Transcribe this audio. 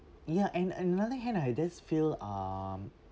ya and another hand I have this feel um